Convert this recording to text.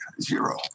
zero